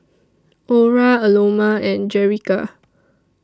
Orra Aloma and Jerica